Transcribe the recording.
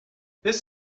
this